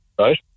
right